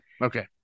Okay